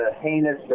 heinous